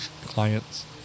clients